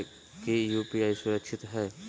की यू.पी.आई सुरक्षित है?